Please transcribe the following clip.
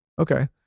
Okay